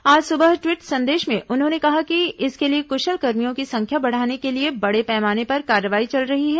आज सुबह ट्वीट संदेश में उन्होंने कहा कि इसके लिए कुशल कर्मियों की संख्या बढ़ाने के लिए बड़े पैमाने पर कार्रवाई चल रही है